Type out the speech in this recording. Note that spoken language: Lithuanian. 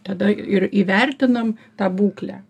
tada ir įvertinam tą būklę